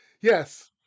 Yes